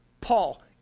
Paul